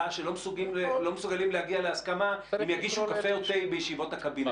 שלא מסוגלים להגיע להסכמה אם יגישו קפה או תה בישיבות הקבינט.